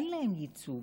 אין להם ייצוג.